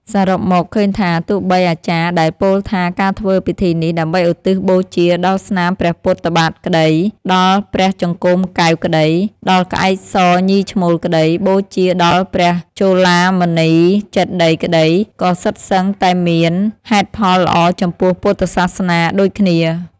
សរុបមក ឃើញថា ទោះបីអាចារ្យដែលពោលថា "ការធ្វើពិធីនេះ ដើម្បីឧទ្ទិសបូជា ដល់ស្នាមព្រះពុទ្ធបាទក្តី ដល់ព្រះចង្កូមកែវក្តី ដល់ក្អែកសញីឈ្មោលក្តី បូជាដល់ព្រះចូឡាមណីចេតិយក្តី” ក៏សុទ្ធសឹងតែមាន ហេតុផលល្អចំពោះពុទ្ធសាសនាដូចគ្នា ។